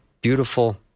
beautiful